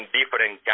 different